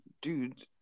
dude